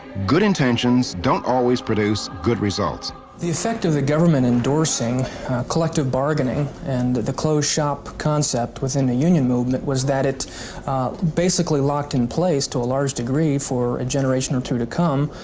good intentions don't always produce good results. eberle the effect of the government endorsing collective bargaining and the closed shop concept within the union movement was that it basically locked in place, to a large degree, for a generation or two to come,